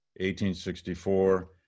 1864